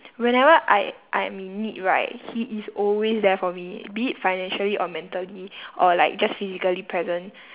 whenever I I am in need right he is always there for me be it financially or mentally or like just physically present